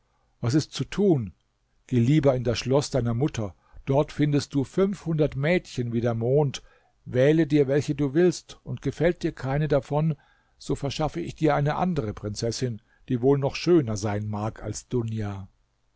was ist zu tun geh lieber in das schloß deiner mutter dort findest du fünfhundert mädchen wie der mond wähle dir welche du willst und gefällt dir keine davon so verschaffe ich dir eine andere prinzessin die wohl noch schöner sein mag als dunia